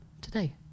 today